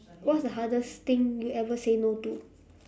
what's the hardest thing you ever say no to